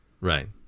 Right